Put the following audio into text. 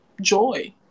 joy